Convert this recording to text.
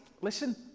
listen